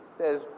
says